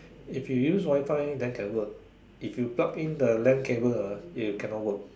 if you use Wifi then can work if you plug in the lane cable ah then cannot work